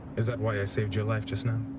is that why i saved your life just now?